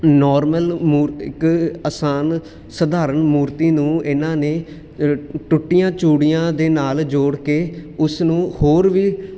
normal ਮੂਰਤੀ ਇੱਕ ਆਸਾਨ ਸਧਾਰਨ ਮੂਰਤੀ ਨੂੰ ਇਹਨਾਂ ਨੇ ਟੁੱਟੀਆਂ ਚੂੜੀਆਂ ਦੇ ਨਾਲ ਜੋੜ ਕੇ ਉਸ ਨੂੰ ਹੋਰ ਵੀ